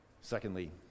Secondly